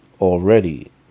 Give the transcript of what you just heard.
already